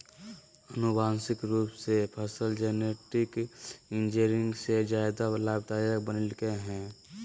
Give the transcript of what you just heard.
आनुवांशिक रूप से फसल जेनेटिक इंजीनियरिंग के ज्यादा लाभदायक बनैयलकय हें